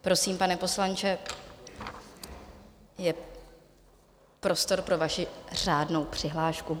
Prosím, pane poslanče, je prostor pro vaši řádnou přihlášku.